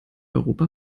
europa